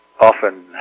often